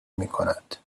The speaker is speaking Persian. میکند